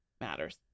matters